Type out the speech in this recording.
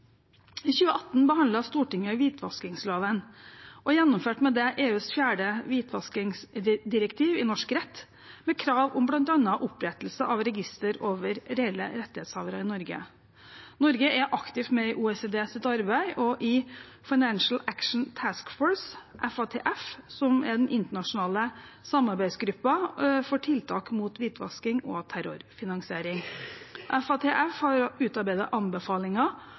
I 2018 behandlet Stortinget hvitvaskingsloven og gjennomførte med det EUs fjerde hvitvaskingsdirektiv i norsk rett, med krav om bl.a. opprettelse av registre over reelle rettighetshavere i Norge. Norge er aktivt med i OECDs arbeid og i Financial Action Task Forces, FATF, som er den internasjonale samarbeidsgruppen for tiltak mot hvitvasking og terrorfinansiering. FATF har utarbeidet anbefalinger